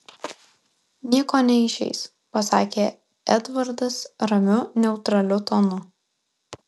nieko neišeis pasakė edvardas ramiu neutraliu tonu